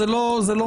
זה לא משנה,